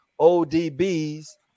ODB's